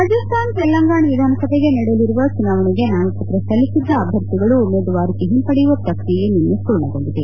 ರಾಜಸ್ಲಾನ ತೆಲಂಗಾಣ ವಿಧಾನಸಭೆಗೆ ನಡೆಯಲಿರುವ ಚುನಾವಣೆಗೆ ನಾಮಪತ್ರ ಸಲ್ಲಿಸಿದ್ದ ಅಭ್ಯರ್ಥಿಗಳು ಉಮೇದುವಾರಿಕೆ ಹಿಂಪಡೆಯುವ ಪ್ರಕ್ರಿಯೆ ನಿನ್ನೆ ಮೂರ್ಣಗೊಂಡಿದೆ